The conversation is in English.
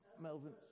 Melvin